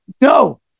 No